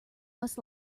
must